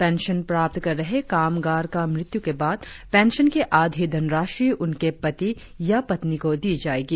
pension प्राप्त कर रहे कामगार की मृत्यु के बाद पेंशन की आधी धनराशि उनके पति या पत्नी को दी जाएगी